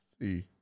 see